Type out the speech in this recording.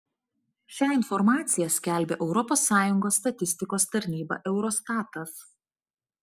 šią informaciją skelbia europos sąjungos statistikos tarnyba eurostatas